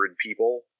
people